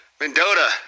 Mendota